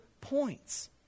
points